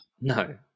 No